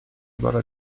wora